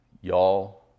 y'all